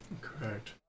Correct